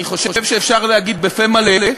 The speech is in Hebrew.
אני חושב שאפשר להגיד בפה מלא,